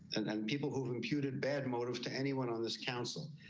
and and people who've imputed bad motives to anyone on this council,